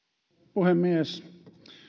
puhemies